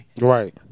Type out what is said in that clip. Right